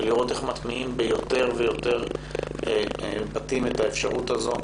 ולראות איך מטמיעים ביותר ויותר בתים את האפשרות הזאת,